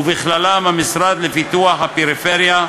ובכללם המשרד לפיתוח הפריפריה,